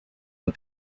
but